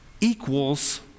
equals